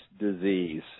disease